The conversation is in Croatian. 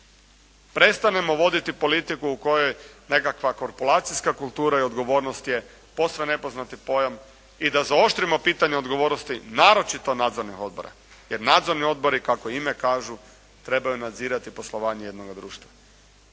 prestanemo voditi politiku u kojoj je nekakva korpulacijska kultura i odgovornost je posve nepoznati pojam i da zaoštrimo pitanja odgovornosti naročito nadzornih odbora. Jer nadzorni odbori kako ime kažu trebaju nadzirati poslovanje jednoga društva.